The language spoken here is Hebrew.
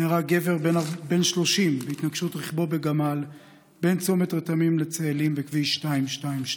נהרג גבר בן 30 בהתנגשות רכבו בגמל בין צומת רתמים לצאלים בכביש 222,